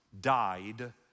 died